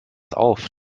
auf